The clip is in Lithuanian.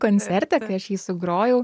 koncerte kai aš jį sugrojau